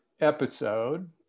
episode